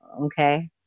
okay